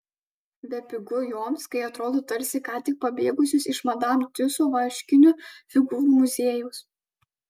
bepigu joms kai atrodo tarsi ką tik pabėgusios iš madam tiuso vaškinių figūrų muziejaus